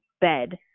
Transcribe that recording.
bed